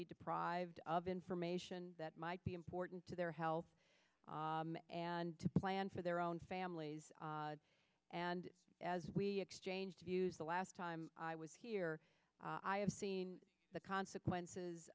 be deprived of information that might be important to their health and to plan for their own families and as we exchanged views the last time i was here i have seen the consequences